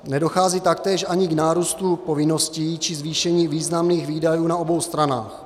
Nedochází taktéž ani k nárůstu povinností či zvýšení významných výdajů na obou stranách.